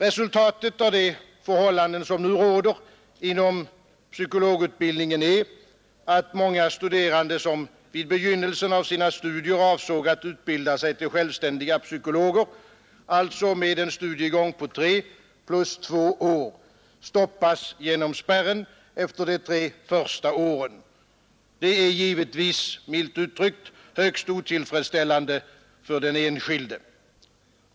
Resultatet av de förhållanden som nu råder inom psykologutbildningen är att många studerande, som i begynnelsen av sina studier avsåg att utbilda sig till självständiga psykologer, alltså med en studiegång på tre plus två år, stoppas genom spärren efter de tre första åren. Det är givetvis milt uttryckt högst otillfredsställande för den enskilde.